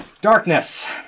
darkness